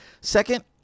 second